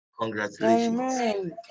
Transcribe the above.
congratulations